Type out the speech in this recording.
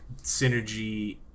synergy